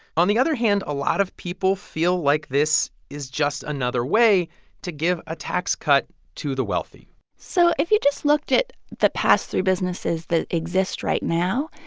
on the other hand, a lot of people feel like this is just another way to give a tax cut to the wealthy so if you just looked at the pass-through businesses that exist right now,